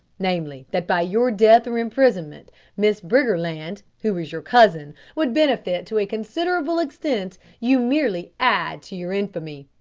namely that by your death or imprisonment miss briggerland, who is your cousin, would benefit to a considerable extent, you merely add to your infamy.